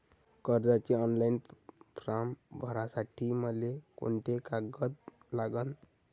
कर्जाचे online form भरासाठी मले कोंते कागद लागन?